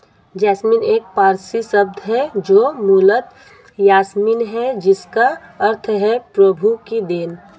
jasmine एक पारसी शब्द है जो मूलतः यासमीन है जिसका अर्थ है प्रभु की देन